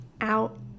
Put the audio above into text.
out